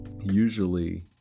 usually